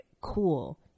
cool